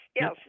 yes